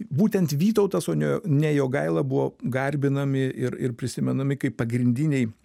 būtent vytautas o ne ne jogaila buvo garbinami ir ir prisimenami kaip pagrindiniai